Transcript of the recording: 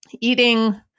eating